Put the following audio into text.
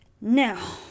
Now